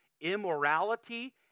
immorality